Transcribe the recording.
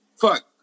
Fuck